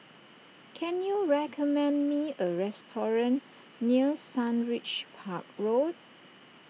can you recommend me a restaurant near Sundridge Park Road